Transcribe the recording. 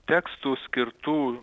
tekstų skirtų